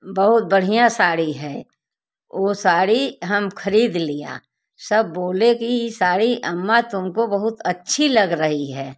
बहुत बढ़िया साड़ी है वो साड़ी हम खरीद लिया सब बोले कि ई साड़ी अम्मा तुमको बहुत अच्छी लग रही है